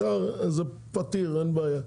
לגבי השאר, זה פתיר ואין בעיה.